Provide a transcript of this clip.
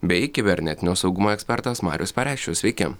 bei kibernetinio saugumo ekspertas marius pareščius sveiki